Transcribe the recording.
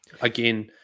again